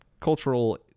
cultural